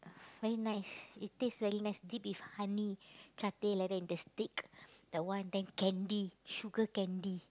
very nice it taste very nice dip with honey like that in the stick that one then candy sugar candy